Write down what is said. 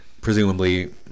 Presumably